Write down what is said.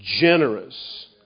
generous